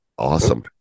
awesome